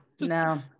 no